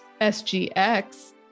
SGX